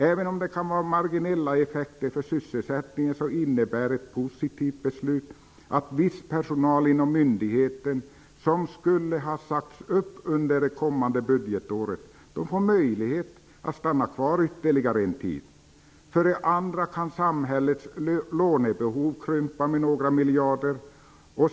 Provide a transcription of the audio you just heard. Även om det kan få marginella effekter för sysselsättningen så innebär ett positivt beslut att viss personal inom myndigheten som skulle ha sagts upp under kommande budgetår, får möjlighet att stanna kvar ytterligare en tid. Vidare kan samhällets lånebehov krympa med några miljarder.